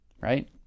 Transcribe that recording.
right